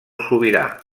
sobirà